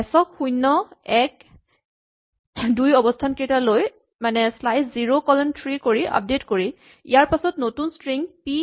S ক শূণ্য এক দুই অৱস্হান কেইটা লৈ মানে শ্নাইচ জিৰ' কলন থ্ৰী কৰি আপডেট কৰি ইয়াৰ পাছত নতুন ষ্ট্ৰিং "পি